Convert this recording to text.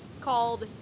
called